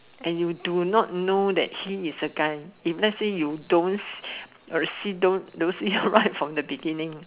and you do not know that he is a guy if lets say you don't see don't see it right from the beginning